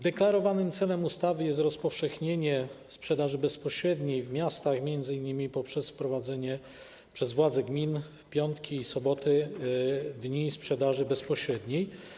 Deklarowanym celem ustawy jest rozpowszechnienie sprzedaży bezpośredniej w miastach, m.in. poprzez wprowadzenie przez władze gmin w piątki i soboty dni sprzedaży bezpośredniej.